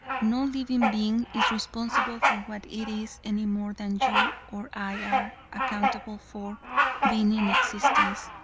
no living being is responsible for what it is any more than you or i are accountable for being in existence.